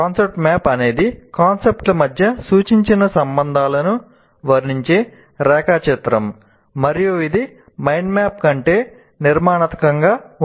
concept map అనేది concept ల మధ్య సూచించిన సంబంధాలను వర్ణించే రేఖాచిత్రం మరియు ఇది మైండ్ మ్యాప్ కంటే నిర్మాణాత్మకంగా ఉంటుంది